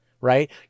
Right